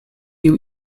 you